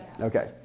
Okay